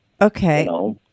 Okay